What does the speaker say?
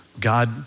God